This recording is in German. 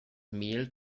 mehl